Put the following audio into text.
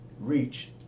reach